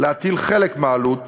להטיל חלק מהעלות